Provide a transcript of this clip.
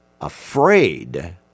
afraid